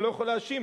אני לא יכול להאשים,